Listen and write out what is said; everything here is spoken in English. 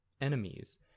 enemies